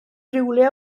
rhywle